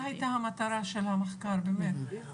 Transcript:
מה הייתה המטרה של המחקר באמת?